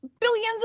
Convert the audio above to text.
billions